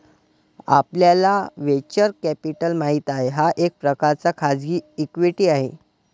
आपल्याला venture capital माहित आहे, हा एक प्रकारचा खाजगी इक्विटी आहे